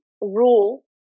rule